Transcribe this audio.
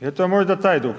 Jel to možda taj duh?